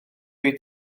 wyt